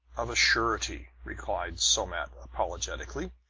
of a surety, replied somat apologetically.